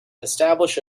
establish